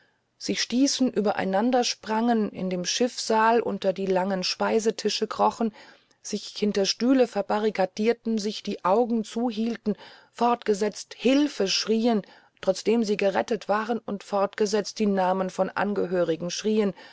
sich stießen übereinandersprangen in dem schiffssaal unter die langen speisetische krochen sich hinter stühle verbarrikadierten sich die augen zuhielten fortgesetzt hilfe riefen trotzdem sie gerettet waren und fortgesetzt die namen von angehörigen schrien